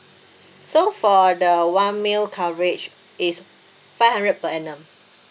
so for the one mil coverage is five hundred per annum